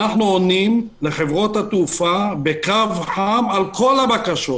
אנחנו עונים לחברות התעופה בקו חם על כל הבקשות.